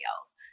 else